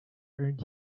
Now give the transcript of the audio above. earned